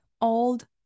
old